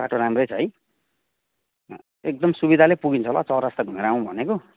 बाटो राम्रै छ है एकदम सुविधाले पुगिन्छ होला चौरास्ता घुमेर आउँ भनेको